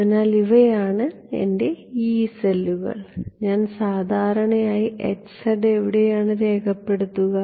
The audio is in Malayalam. അതിനാൽ ഇവയാണ് എന്റെ യീ സെല്ലുകൾ ഞാൻ സാധാരണയായി എവിടെയാണ് രേഖപ്പെടുത്തുന്നത്